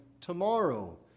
tomorrow